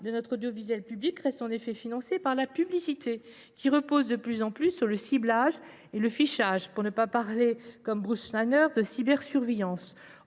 de l’audiovisuel public reste en effet financée par la publicité, laquelle repose de plus en plus sur le ciblage et le fichage, pour ne pas parler de « cybersurveillance